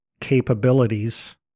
capabilities